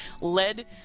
led